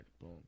boom